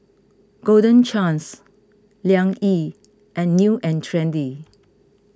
Golden Chance Liang Yi and New and Trendy